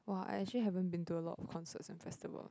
!woah! I actually haven't been to a lot of concerts and festivals